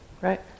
Right